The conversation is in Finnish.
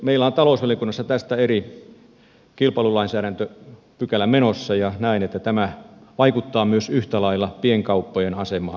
meillä on talousvaliokunnassa tästä kilpailulainsäädäntöpykälä menossa ja näen että tämä vaikuttaa myös yhtä lailla pienkauppojen asemaan suomessa